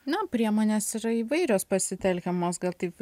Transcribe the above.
na priemonės yra įvairios pasitelkiamos gal tik